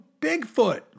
Bigfoot